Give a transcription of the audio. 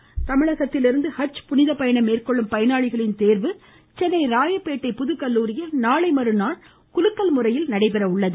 ஹஜ் தமிழகத்திலிருந்து ஹஜ் புனித பயணம் மேற்கொள்ளும் பயனாளிகளின் தேர்வு சென்னை ராயப்பேட்டை புதுக்கல்லூரியில் நாளை மறுநாள் குலுக்கல் முறையில் நடைபெற உள்ளது